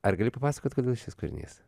ar gali papasakot kodėl šis kūrinys